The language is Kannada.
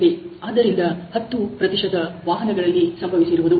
ಆದ್ದರಿಂದ 10 ವಾಹನಗಳಲ್ಲಿ ಸಂಭವಿಸಿರುವುದು